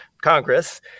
Congress